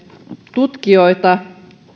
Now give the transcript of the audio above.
tutkijoita